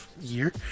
year